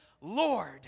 Lord